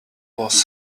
was